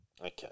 Okay